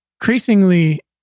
increasingly